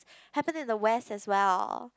happened in the West as well